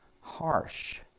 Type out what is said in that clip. Harsh